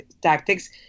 tactics